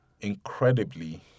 incredibly